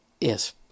Yes